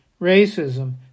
racism